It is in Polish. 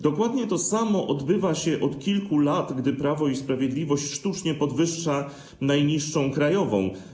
Dokładnie to samo odbywa się od kilku lat, gdy Prawo i Sprawiedliwość sztucznie podwyższa najniższą krajową.